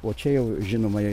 o čia jau žinomai